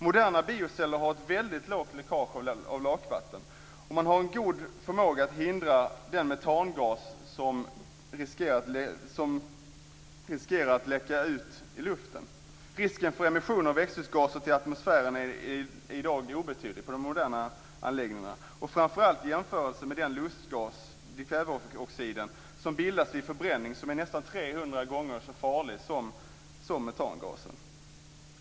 Moderna bioceller har ett mycket litet läckage av lakvatten och en god förmåga att hindra den metangas som bildas från att läcka ut i luften. Risken för emissioner av växthusgaser till atmosfären är i dag obetydlig på de moderna anläggningarna, framför allt i jämförelse med den lustgas, dikväveoxid, som bildas vid förbränning och som är nästan 300 gånger så farlig som metangasen.